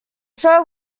show